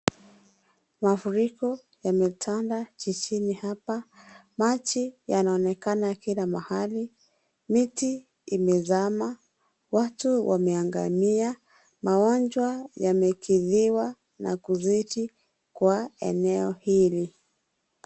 Mafuriko yametanda jijini hapa. Maji yanaonekana kila mahali. Miti imezama. Watu wameangamia. Magonjwa yamekidhiwa na kuzidi kwa eneo hili.